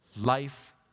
Life